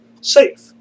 safe